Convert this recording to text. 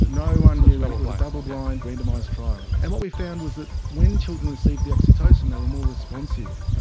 no ah no double-blind, randomised trial. and what we found was that when children receive the oxytocin they were more responsive,